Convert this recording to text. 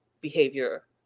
behavior